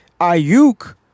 Ayuk